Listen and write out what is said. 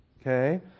Okay